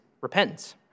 repentance